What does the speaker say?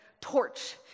torch